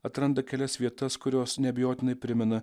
atranda kelias vietas kurios neabejotinai primena